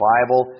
Bible